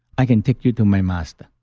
i can take you to my master.